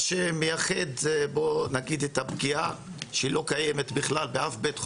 מה שמייחד את הפגיעה שלא קיימת בכלל באף בית חולים,